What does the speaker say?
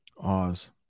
Oz